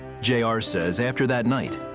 j r. says after that night,